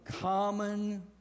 common